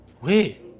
Wait